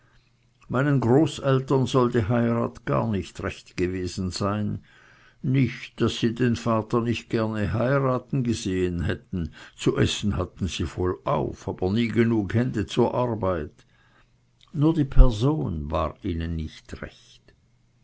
meinen großeltern soll die heirat gar nicht recht gewesen sein nicht daß sie den vater nicht gern heiraten gesehen hätten zu essen hatten sie vollauf aber nie genug hände zur arbeit nur die person war ihnen nicht recht